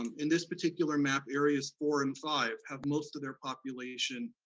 um in this particular map, areas four and five have most of their population,